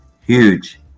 huge